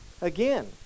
again